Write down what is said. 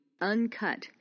uncut